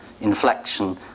inflection